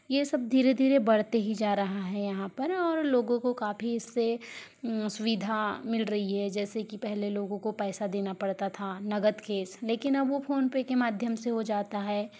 ये सब धीरे धीरे बढ़ते ही जा रहा है यहाँ पर और लोगों को काफ़ी इससे सुविधा मिल रही है जैसे कि पहले लोगों को पैसा देना पड़ता था नगद कैश लेकिन अब वो फोनपे के माध्यम से हो जाता है